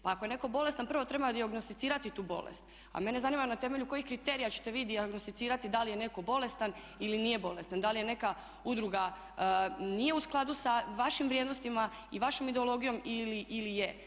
Pa ako je netko bolestan prvo treba dijagnosticirati tu bolest, a mene zanima na temelju kojih kriterija ćete vi dijagnosticirati da li je netko bolestan ili nije bolestan, da li je neka udruga nije u skladu sa vašim vrijednostima i vašom ideologijom ili je.